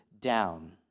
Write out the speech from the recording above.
down